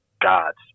god's